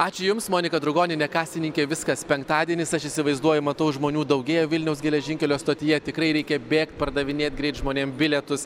ačiū jums monika drugonienė kasininkė viskas penktadienis aš įsivaizduoju matau žmonių daugėja vilniaus geležinkelio stotyje tikrai reikia bėgt pardavinėt greit žmonėm bilietus